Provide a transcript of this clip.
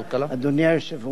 אדוני היושב-ראש,